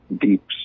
deep